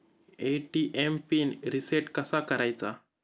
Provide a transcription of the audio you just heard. ATM PIN reset कसा करायचा?